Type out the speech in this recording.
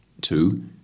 Two